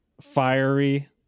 fiery